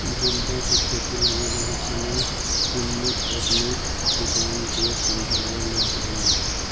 गेंदा के खेती लगी बहुत सनी उन्नत तकनीक किसान के समझावल जा हइ